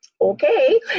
okay